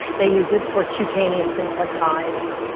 they used it for cutaneous things like hives